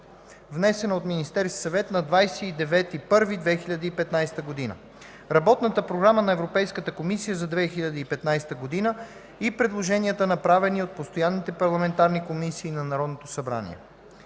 внесена от Министерския съвет на 29.01.2015 г., Работната програма на Европейската комисия за 2015 г. и предложенията, направени от постоянните парламентарни комисии на Народното събрание.